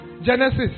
Genesis